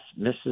Mrs